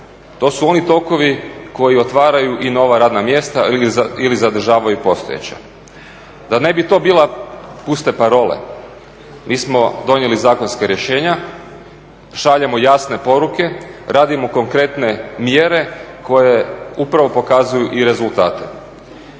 To su oni tokovi koji otvaraju i nova radna mjesta ili zadržavaju postojeće. Da ne bi to bile puste parole mi smo donijeli zakonska rješenja, šaljemo jasne poruke, radimo konkretne mjere koje upravo pokazuju i rezultate.